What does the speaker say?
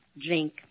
drink